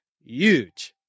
huge